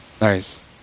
Nice